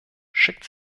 schickt